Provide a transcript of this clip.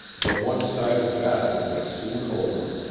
the one-sided battle was soon over.